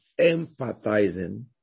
empathizing